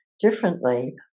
differently